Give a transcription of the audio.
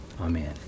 Amen